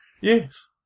Yes